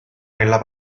nella